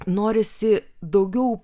norisi daugiau